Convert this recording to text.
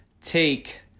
Take